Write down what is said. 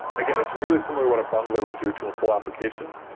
again, it's really similar what a bundler would do to a whole application,